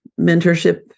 mentorship